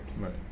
right